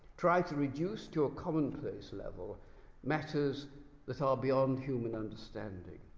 try to reduce to a commonplace level matters that are beyond human understanding,